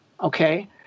Okay